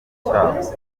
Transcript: cyabo